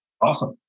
Awesome